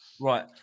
Right